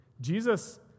Jesus